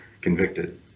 convicted